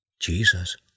jesus